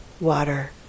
water